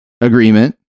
agreement